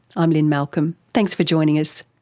i'm lynne malcolm, thanks for joining us